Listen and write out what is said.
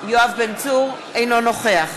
אינו נוכח